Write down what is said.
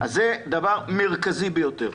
אז זה דבר מרכזי ביותר.